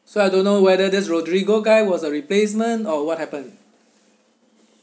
so I don't know whether this roderigo guy was a replacement or what happen